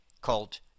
called